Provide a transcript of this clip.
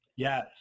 Yes